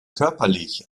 körperlich